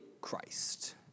Christ